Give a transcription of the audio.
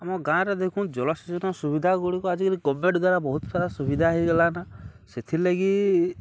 ଆମ ଗାଁରେ ଦେଖୁ ଜଳସେଚନ ସୁବିଧାଗୁଡ଼ିକ ଆଜିକାଲି କୋଭିଡ଼୍ ଦ୍ୱାରା ବହୁତ ସାରା ସୁବିଧା ହୋଇଗଲା ନା ସେଥିଲାଗି